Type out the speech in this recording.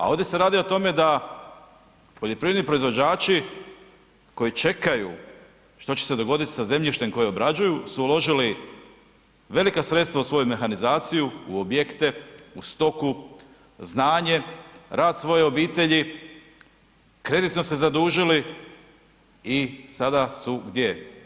A ovdje se radi o tome da poljoprivredni proizvođači koji čekaju što će se dogoditi sa zemljištem koje obrađuju su uložili velika sredstva u svoju mehanizaciju, u objekte, u stoku, znanje, rad svoje obitelji, kreditno se zadužili i sada su gdje.